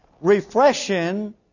refreshing